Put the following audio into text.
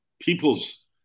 people's